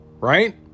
right